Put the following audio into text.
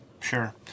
sure